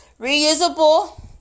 reusable